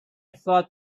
thought